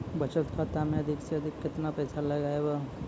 बचत खाता मे अधिक से अधिक केतना पैसा लगाय ब?